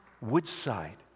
Woodside